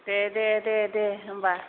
दे दे दे दे होनबा